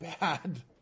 bad